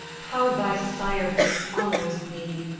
how thy sire dishonors thee!